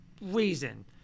reason